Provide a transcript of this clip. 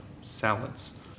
salads